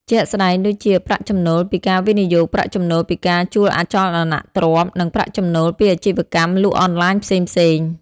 ជាក់ស្ដែងដូចជា ប្រាក់ចំណូលពីការវិនិយោគ ប្រាក់ចំណូលពីការជួលអចលនទ្រព្យ និងប្រាក់ចំណូលពីអាជីវកម្មលក់អនឡាញផ្សេងៗ។